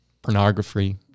pornography